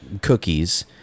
cookies